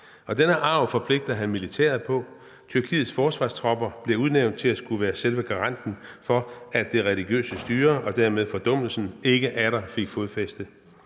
Denne arv forpligtede han militæret på. Tyrkiets forsvarstropper blev udnævnt til at skulle være selve garanten for, at det religiøse styre og dermed fordummelsen ikke atter fik fodfæste.